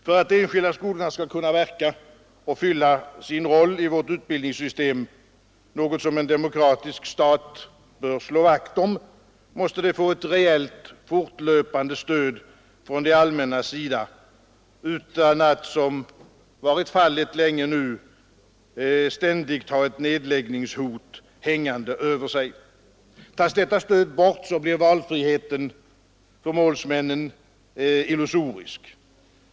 För att de enskilda skolorna skall kunna verka och fylla sin roll i vårt utbildningssystem, något som en demokratisk stat bör slå vakt om, måste de få ett rejält fortlöpande stöd från det allmännas sida utan att som länge varit fallet ständigt ha ett nedläggningshot hängande över sig. Tas detta stöd bort blir valfriheten för målsmännen illusorisk.